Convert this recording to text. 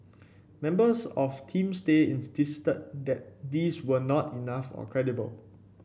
members of Team Stay insisted that these were not enough or credible